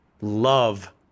love